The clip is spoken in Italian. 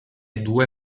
due